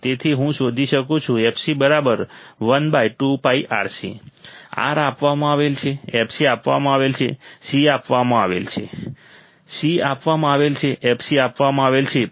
તેથી હું શોધી શકું છું fc 1 2 πRC R આપવામાં આવેલ છે fc આપવામાં આવેલ છે C આપવામાં આવે છે